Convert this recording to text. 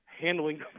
handling